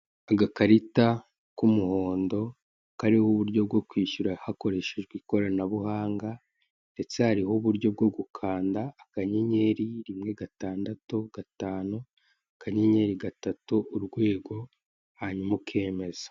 Agakarita k'umuhondo kariho uburyo bwo kwishyura hakoreshejwe ikoranabuhanga ndetse hariho uburyo bwo gukanda akanyenyeri rimwe gatandatu gatanu akanyenyeri gatatu yurwego hanyuma ukemeza.